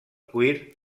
cuir